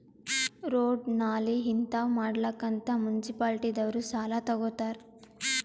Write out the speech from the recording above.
road, ನಾಲಿ ಹಿಂತಾವ್ ಮಾಡ್ಲಕ್ ಅಂತ್ ಮುನ್ಸಿಪಾಲಿಟಿದವ್ರು ಸಾಲಾ ತಗೊತ್ತಾರ್